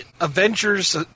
Avengers